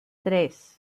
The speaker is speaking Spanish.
tres